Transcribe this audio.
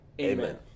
Amen